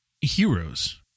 Heroes